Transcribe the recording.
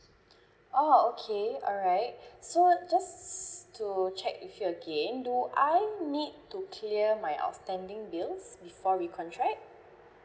oh okay alright so just to check with you again do I think need to clear my outstanding bills before recontract